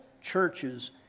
churches